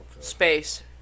Space